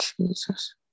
Jesus